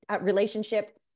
relationship